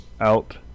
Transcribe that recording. out